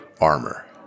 armor